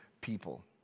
people